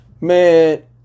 man